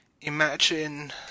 imagine